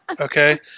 Okay